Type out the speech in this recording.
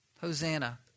Hosanna